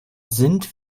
sind